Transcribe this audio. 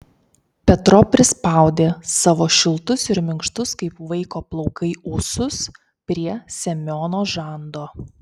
petro prispaudė savo šiltus ir minkštus kaip vaiko plaukai ūsus prie semiono žando